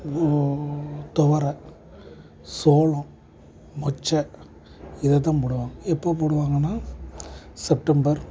துவரை சோளம் மொச்சை இதைத்தான் போடுவாங்க எப்போ போடுவாங்கனால் செப்டம்பர்